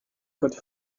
cote